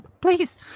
please